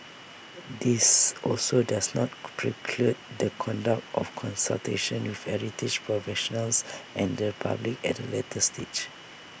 this also does not preclude the conduct of consultations with heritage professionals and the public at A later stage